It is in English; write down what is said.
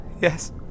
Yes